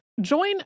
Join